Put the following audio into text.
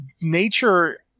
nature